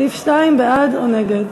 סעיף 2, בעד או נגד.